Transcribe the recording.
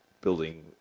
building